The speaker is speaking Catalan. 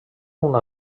una